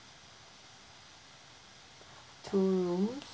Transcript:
two room